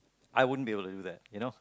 I won't be able to do that you know